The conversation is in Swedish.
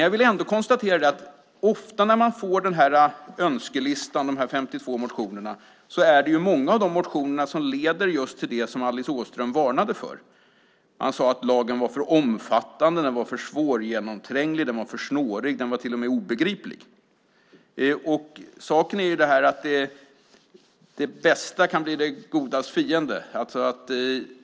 Jag kan konstatera när man får önskelistan med de 52 motionerna att många av dem leder just till det som Alice Åström varnade för. Man sade att lagen var för omfattande, för svårgenomtränglig, för snårig och till och med obegriplig. Saken är den att det bästa kan bli det godas fiende.